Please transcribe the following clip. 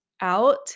out